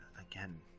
Again